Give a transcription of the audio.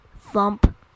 Thump